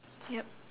yup